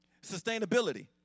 sustainability